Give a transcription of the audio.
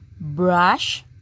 brush